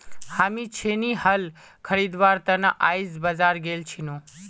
हामी छेनी हल खरीदवार त न आइज बाजार गेल छिनु